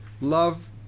love